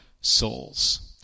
souls